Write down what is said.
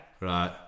Right